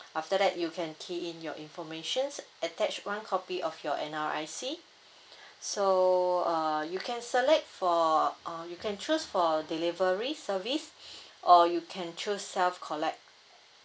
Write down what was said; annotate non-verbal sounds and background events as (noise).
after that you can key in your information attach one copy of your N_R_I_C (breath) so err you can select for uh you can choose for delivery service (breath) or you can choose self collect